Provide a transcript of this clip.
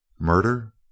Murder